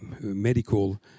medical